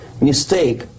mistake